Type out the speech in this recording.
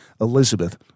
Elizabeth